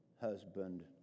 husband